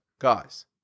Guys